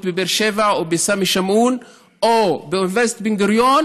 בבאר שבע או בסמי שמעון או באוניברסיטת בן-גוריון